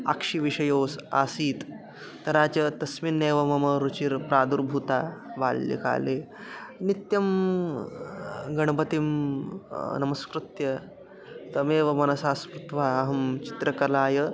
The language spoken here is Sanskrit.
अक्षिविषयः आसीत् तथा च तस्मिन्नेव मम रुचिः प्रादुर्भूता बाल्यकाले नित्यं गणपतिं नमस्कृत्य तमेव मनसा स्मृत्वा अहं चित्रकलायै